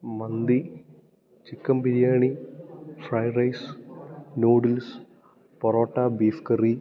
mandi chicken biryani fried rice noodles parotta beef curry